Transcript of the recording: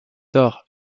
thor